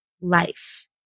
life